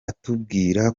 atubwira